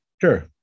Sure